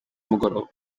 z’umugoroba